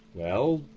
know,